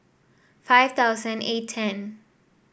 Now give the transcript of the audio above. five thousand and eight ten